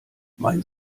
mein